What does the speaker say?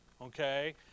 Okay